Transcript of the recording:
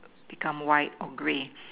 become white or grey